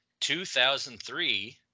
2003